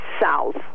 south